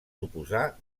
suposar